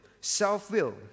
self-will